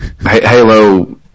Halo